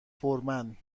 فورمن